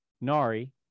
Nari